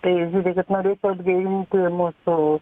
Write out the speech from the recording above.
tai žiūrėkit norėčiau atgaivinti mūsų